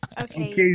Okay